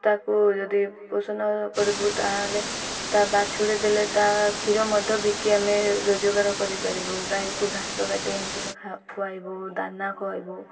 ତାକୁ ଯଦି ପୋଷଣ କରିବୁ ତା'ହେଲେ ତା ବାଛୁରୀ ଦେଲେ ତା କ୍ଷୀର ମଧ୍ୟ ବିକି ଆମେ ରୋଜଗାର କରିପାରିବୁ ଗାଈକୁ ଘାସ କାଟି ଆନିକିନା ଖୁଆଇବୁ ଦାନା ଖୁଆଇବୁ